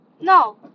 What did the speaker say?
No